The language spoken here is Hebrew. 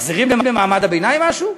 מחזירים למעמד הביניים משהו?